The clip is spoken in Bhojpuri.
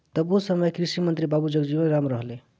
तब ओ समय कृषि मंत्री बाबू जगजीवन राम रहलें